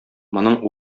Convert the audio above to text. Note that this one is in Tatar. моның